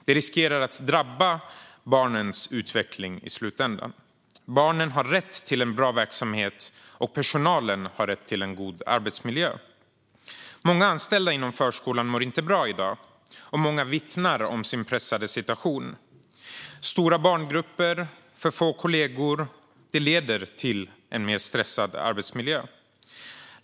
Det riskerar att i slutändan drabba barnens utveckling. Barnen har rätt till en bra verksamhet, och personalen har rätt till en god arbetsmiljö. Många anställda i förskolan mår inte bra i dag, och många vittnar om sin pressade situation. Stora barngrupper och för få kollegor leder till en stressad arbetsmiljö.